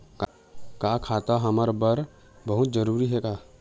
का खाता हमर बर बहुत जरूरी हे का?